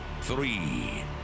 three